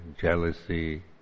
jealousy